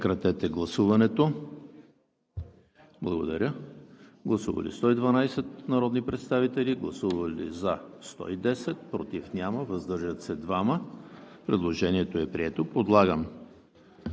Предложението е прието. Подлагам